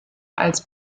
als